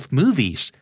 movies